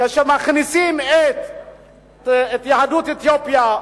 שכאשר מכניסים את יהדות אתיופיה,